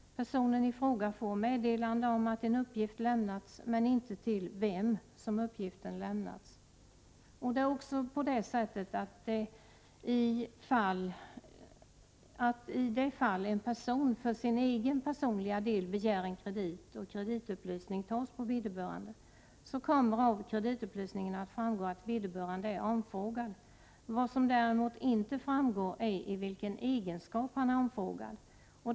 Perso nen ii fråga får meddelande om att en uppgift lämnats — men inte till vem som Prot. 1988/89:46 uppgiften lämnats. 15 december 1988 Det är också på det sättet att i det fall en person för sin egen personligadel. ZI begär en kredit, och kreditupplysning tas på vederbörande, kommer det av kreditupplysningen att framgå att vederbörande är omfrågad — vad som däremot inte framgår är i vilken egenskap han är omfrågad.